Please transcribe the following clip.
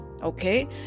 Okay